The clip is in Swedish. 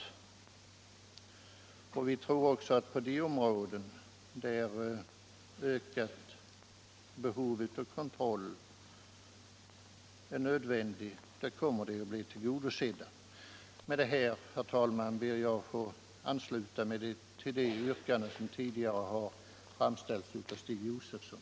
Vi tror också att de områden där en ökad kontroll är nödvändig kommer att bli tillgodosedda. Med detta, herr talman, ber jag att få ansluta mig till de yrkanden som tidigare framställts av Stig Josefson.